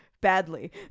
badly